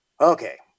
Okay